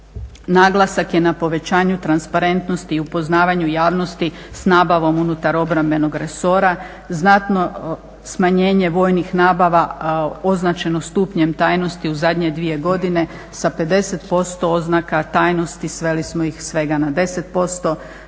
naglasak je na povećanju transparentnosti i upoznavanju javnosti s nabavom unutar obrambenog resora, znatno smanjenje vojnih nabava označeno stupnjem tajnosti u zadnje dvije godine sa 50% oznaka tajnosti sveli smo ih svega na 10%.